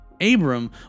Abram